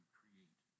create